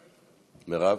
מירב?